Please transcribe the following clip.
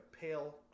pale